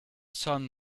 sun